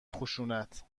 خشونت